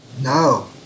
No